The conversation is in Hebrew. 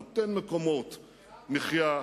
נותן מקומות מחיה,